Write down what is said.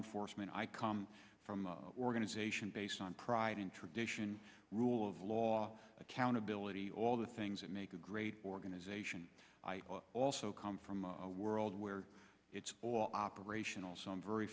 enforcement i come from the organization based on pride and tradition rule of law accountability all the things that make a great organization i also come from a world where it's operational so i'm very